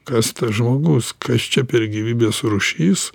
kas tas žmogus kas čia per gyvybės rūšis